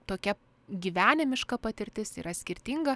tokia gyvenimiška patirtis yra skirtinga